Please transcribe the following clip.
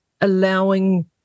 allowing